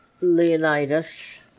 Leonidas